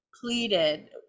pleaded